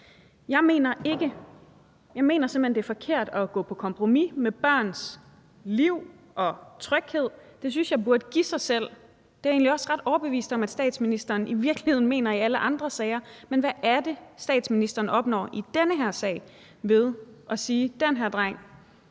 meget åben om. Jeg mener simpelt hen, at det er forkert at gå på kompromis med børns liv og tryghed – det synes jeg burde give sig selv, og det er jeg egentlig også ret overbevist om at statsministeren i virkeligheden mener i alle andre sager. Men hvad er det, statsministeren opnår i den her sag ved at sige, at den her drengs